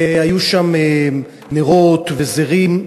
והיו שם נרות וזרים.